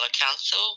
Council